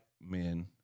men